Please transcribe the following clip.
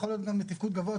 יכול להיות בתפקוד גבוה,